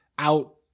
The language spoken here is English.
Out